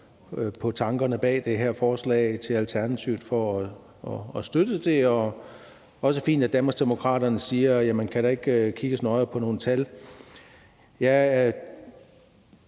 på tankerne bag det her forslag samt til Alternativet for at støtte det. Det er også fint, at Danmarksdemokraterne spørger, om der ikke kan kigges nøjere på nogle tal.